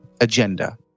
agenda